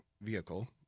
vehicle